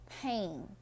pain